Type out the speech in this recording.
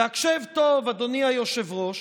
והקשב טוב, אדוני היושב-ראש,